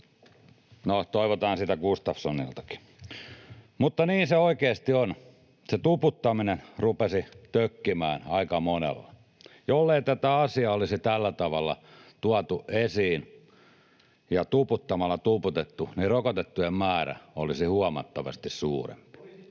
No, toivotaan sitä Gustafssoniltakin. — Mutta niin se oikeasti on: se tuputtaminen rupesi tökkimään aika monella. Jollei tätä asiaa olisi tällä tavalla tuotu esiin ja tuputtamalla tuputettu, niin rokotettujen määrä olisi huomattavasti suurempi.